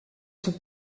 son